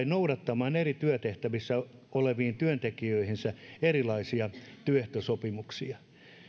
noudattamaan eri työtehtävissä oleviin työntekijöihinsä erilaisia työehtosopimuksia